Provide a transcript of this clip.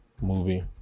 movie